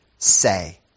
Say